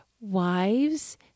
wives